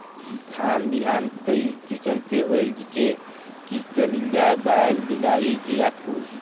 धान बिहान कई किसम के होयल जिसे कि कलिंगा, बाएल दुलारी, जीराफुल?